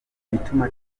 bituma